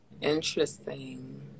Interesting